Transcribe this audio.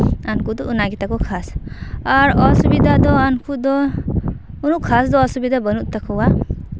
ᱩᱱᱠᱩ ᱫᱚ ᱚᱱᱟ ᱜᱮᱛᱟ ᱠᱚ ᱠᱷᱟᱥ ᱟᱨ ᱚᱥᱩᱵᱤᱫᱷᱟ ᱫᱚ ᱩᱱᱠᱩ ᱫᱚ ᱩᱱᱟᱹᱜ ᱠᱷᱟᱥ ᱫᱚ ᱚᱥᱩᱵᱤᱫᱷᱟ ᱵᱟᱹᱱᱩᱜ ᱛᱟᱠᱚᱣᱟ